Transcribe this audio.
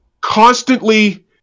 constantly